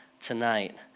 tonight